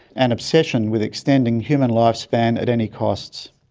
and obsession with extending human lifespan at any costs.